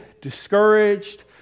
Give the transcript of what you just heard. discouraged